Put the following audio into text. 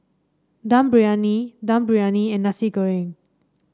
Dum Briyani Dum Briyani and Nasi Goreng